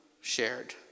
shared